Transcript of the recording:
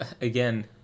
Again